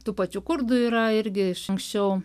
tų pačių kurdų yra irgi iš anksčiau